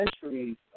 centuries